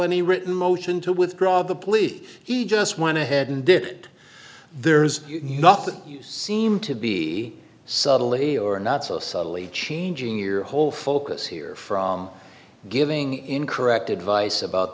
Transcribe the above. any written motion to withdraw the police he just went ahead and did it there is nothing you seem to be subtly or not so subtly changing your whole focus here from giving in correct advice about